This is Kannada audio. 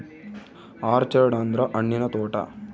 ಆರ್ಚರ್ಡ್ ಅಂದ್ರ ಹಣ್ಣಿನ ತೋಟ